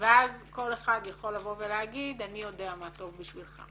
ואז כל אחד יכול לבוא ולהגיד אני יודע מה טוב בשבילך.